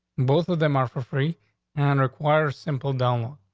both of them are for free and require simple download.